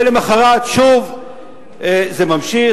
ולמחרת שוב זה ממשיך,